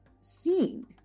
seen